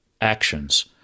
actions